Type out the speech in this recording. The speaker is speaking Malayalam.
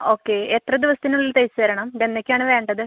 ഓക്കെ എത്ര ദിവസത്തിനുള്ളിൽ തയ്ച്ചേരണം ഇതെക്കാണ് വേണ്ടത്